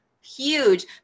huge